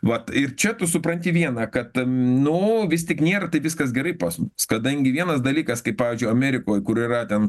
vat ir čia tu supranti vieną kad nu vis tik nėra taip viskas gerai pas mumis kadangi vienas dalykas kaip pavyzdžiui amerikoj kur yra ten